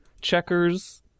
checkers